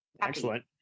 Excellent